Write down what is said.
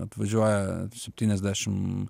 atvažiuoja septyniasdešim